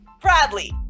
Bradley